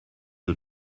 you